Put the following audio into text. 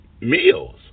meals